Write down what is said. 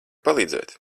palīdzēt